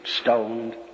stoned